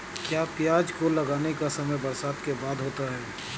क्या प्याज को लगाने का समय बरसात के बाद होता है?